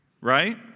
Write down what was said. Right